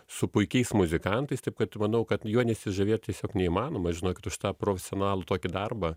su puikiais muzikantais taip kad manau kad juo nesižavėt tiesiog neįmanoma žinokit už tą profesionalų tokį darbą